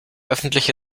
öffentliche